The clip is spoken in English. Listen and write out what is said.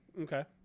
Okay